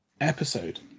episode